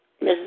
Miss